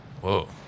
Whoa